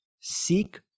seek